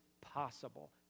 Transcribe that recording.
possible